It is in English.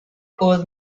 old